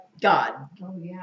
God